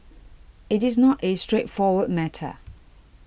it is not a straightforward matter